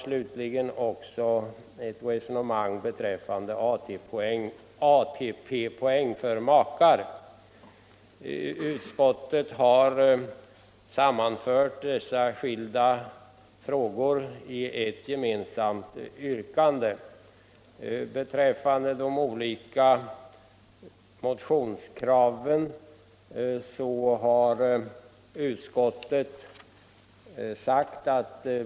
Slutligen har i en motion tagits upp ett resonemang beträffande ATP-poäng för makar.